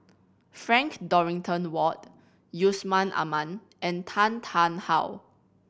Frank Dorrington Ward Yusman Aman and Tan Tarn How